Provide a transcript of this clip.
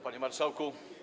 Panie Marszałku!